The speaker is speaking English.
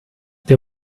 they